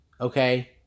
Okay